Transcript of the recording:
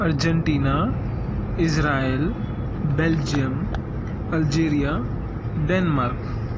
Argentina Israel Belgium Algeria Denmark